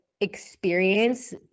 experience